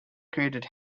created